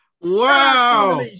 Wow